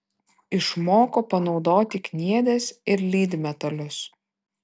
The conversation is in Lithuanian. išmoko panaudoti kniedes ir lydmetalius